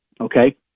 Okay